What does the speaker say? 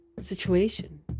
situation